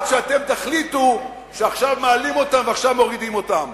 עד שאתם תחליטו שעכשיו מעלים אותם ועכשיו מורידים אותם.